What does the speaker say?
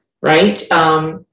right